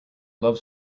love